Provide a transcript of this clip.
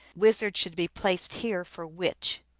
wizard should be placed here for witch.